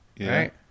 right